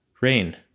rain